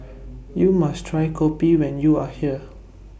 YOU must Try Kopi when YOU Are here